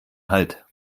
halt